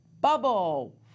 bubble